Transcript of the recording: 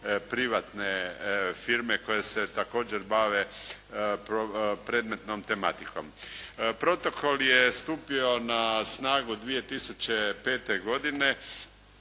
privatne firme koje se također bave predmetnom tematikom. Protokol je stupio na snagu 2005. godine